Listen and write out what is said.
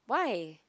why